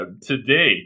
today